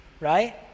right